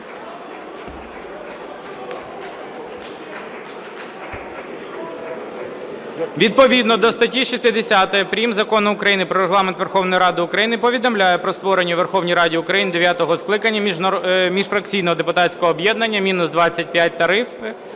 Відповідно до статті 60 прим. Закону України "Про Регламент Верховної Ради України" повідомляю про створення у Верховній Раді України дев'ятого скликання міжфракційного депутатського об'єднання "Мінус 25 тариф.